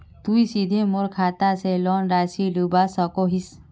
तुई सीधे मोर खाता से लोन राशि लुबा सकोहिस?